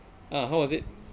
how was it